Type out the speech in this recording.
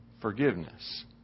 forgiveness